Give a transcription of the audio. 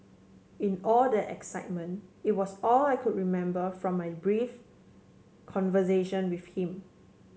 in all that excitement it was all I could remember from my brief conversation with him